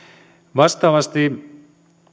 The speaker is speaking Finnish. vastaavasti